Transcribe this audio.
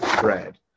bread